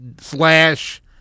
slash